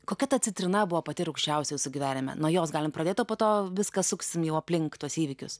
kokia ta citrina buvo pati rūgščiausia jūsų gyvenime nuo jos galim pradėt o po to viską suksim jau aplink tuos įvykius